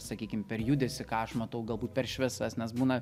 sakykim per judesį ką aš matau galbūt per šviesas nes būna